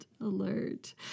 alert